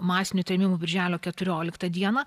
masinių trėmimų birželio keturioliktą dieną